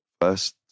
first